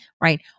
Right